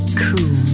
cool